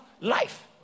life